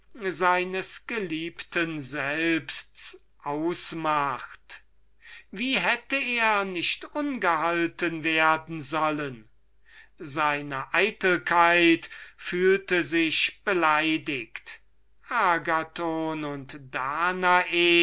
seines geliebten selbsts ausmacht wie hätte er nicht böse werden sollen seine eitelkeit fühlte sich beleidiget agathon und danae